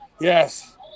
Yes